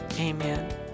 Amen